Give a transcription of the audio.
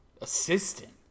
Assistant